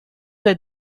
that